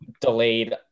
delayed